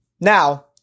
Now